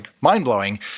mind-blowing